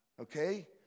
Okay